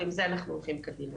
ועם זה אנחנו הולכים קדימה.